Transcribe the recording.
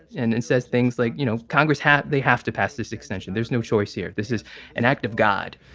and it says things like, you know, congress hat, they have to pass this extension. there's no choice here. this is an act of god,